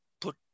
put